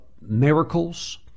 miracles